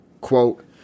Quote